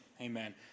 Amen